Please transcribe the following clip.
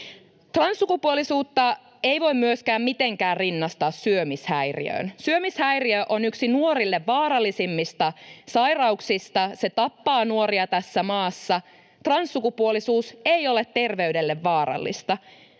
Transsukupuolisuutta ei voi myöskään mitenkään rinnastaa syömishäiriöön. Syömishäiriö on yksi nuorille vaarallisimmista sairauksista, se tappaa nuoria tässä maassa. Transsukupuolisuus ei ole terveydelle vaarallista.